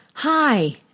Hi